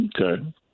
Okay